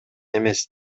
эмес